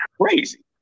crazy